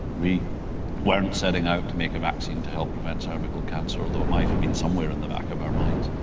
we weren't setting out to make a vaccine to help prevent cervical cancer, although it might have been somewhere in the back of our minds.